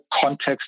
context